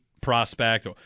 prospect